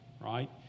right